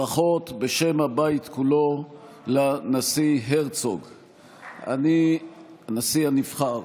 ברכות בשם הבית כולו לנשיא הרצוג, הנשיא הנבחר.